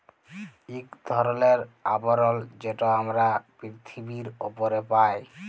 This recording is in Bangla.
ইক ধরলের আবরল যেট আমরা পিরথিবীর উপরে পায়